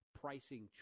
pricing